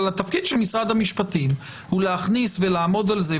אבל התפקיד של משרד המשפטים הוא להכניס ולעמוד על זה,